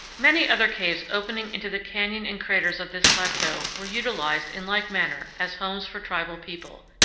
many other caves opening into the canyon and craters of this plateau were utilized in like manner as homes for tribal people,